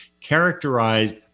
characterized